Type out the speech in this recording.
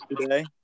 today